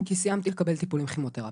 כי סיימתי לקבל טיפולים כימותרפיים.